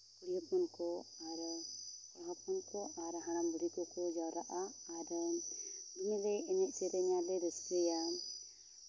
ᱠᱩᱲᱤ ᱦᱚᱯᱚᱱ ᱠᱚ ᱟᱨ ᱦᱚᱯᱚᱱ ᱟᱨ ᱦᱟᱲᱟᱢᱼᱵᱩᱲᱦᱤ ᱠᱚᱠᱚ ᱡᱟᱣᱨᱟᱜᱼᱟ ᱟᱨ ᱫᱚᱢᱮ ᱞᱮ ᱮᱱᱮᱡ ᱥᱮᱨᱮᱧᱟ ᱞᱮ ᱨᱟᱹᱥᱠᱟᱹᱭᱟ